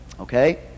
okay